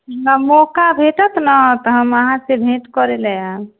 मौका भेटत ने तऽ हम अहाँसँ भेट करैलए आएब